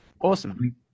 Awesome